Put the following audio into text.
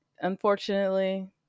unfortunately